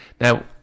Now